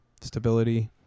stability